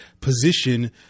position